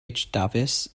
dafis